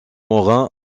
morin